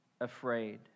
afraid